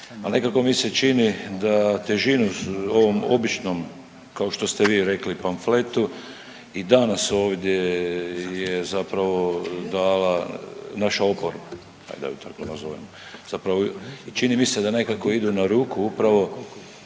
nekako mi se čini da težinu ovom običnom kao što ste vi rekli pamfletu i danas ovdje je zapravo dala naša oporba ajde da ju tako nazovemo. Zapravo čini mi se da nekako ide na ruku upravo